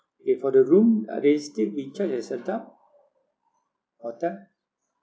K for the room are they still be charged as adult or child